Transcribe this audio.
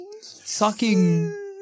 Sucking